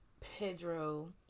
Pedro